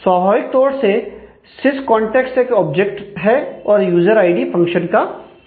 स्वाभाविक तौर से सिस्कॉन टेक्स्ट एक ऑब्जेक्ट है और यूजर आईडी फंक्शन का नाम है